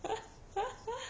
ha ha ha